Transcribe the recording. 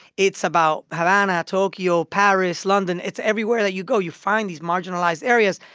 it's about havana, tokyo, paris, london. it's everywhere that you go, you find these marginalized areas.